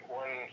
one